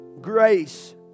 grace